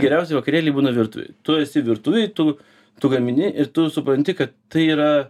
geriausi vakarėliai būna virtuvėj tu esi virtuvėj tu tu gamini ir tu supranti kad tai yra